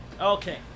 Okay